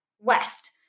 west